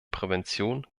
prävention